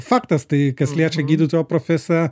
faktas tai kas liečia gydytojo profesiją